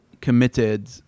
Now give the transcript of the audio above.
committed